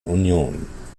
union